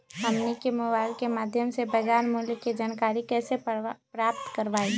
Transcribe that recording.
हमनी के मोबाइल के माध्यम से बाजार मूल्य के जानकारी कैसे प्राप्त करवाई?